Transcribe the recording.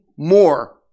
More